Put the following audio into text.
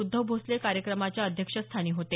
उद्धव भोसले कार्यक्रमाच्या अध्यक्षस्थानी होते